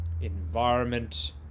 environment